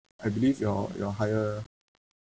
I believe your your higher